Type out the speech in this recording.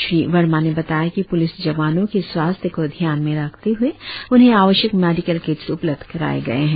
श्री वर्मा ने बताया कि प्लिस जवानों के स्वास्थ्य को ध्यान में रखते हए उन्हें आवश्यक मेडिकल किट्स उपलब्ध कराये गये हैं